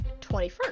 21st